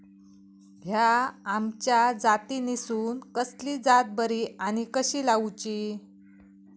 हया आम्याच्या जातीनिसून कसली जात बरी आनी कशी लाऊची?